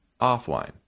offline